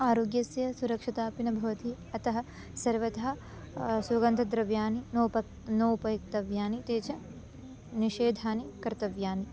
आरोग्यस्य सुरक्षतापि न भवति अतः सर्वथा सुगन्धद्रव्यानि नोपप् नोपयोक्तव्यानि ते च निषेधानि कर्तव्यानि